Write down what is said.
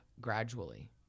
gradually